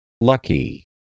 Lucky